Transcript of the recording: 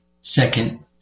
Second